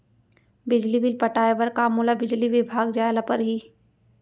बिजली बिल पटाय बर का मोला बिजली विभाग जाय ल परही?